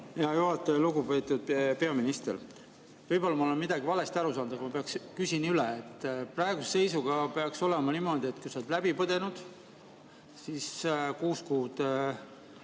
Hea juhataja! Lugupeetud peaminister! Võib-olla ma olen midagi valesti aru saanud ja ma küsin üle. Praeguse seisuga peaks olema niimoodi, et kui sa oled läbi põdenud, siis kuus kuud